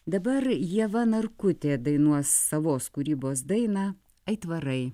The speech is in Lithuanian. dabar ieva narkutė dainuos savos kūrybos dainą aitvarai